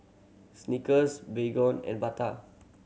Snickers Baygon and Bata